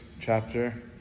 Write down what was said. chapter